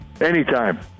Anytime